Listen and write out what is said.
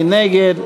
מי נגד?